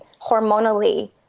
Hormonally